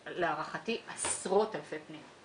להערכתי, עשרות אלפי פניות.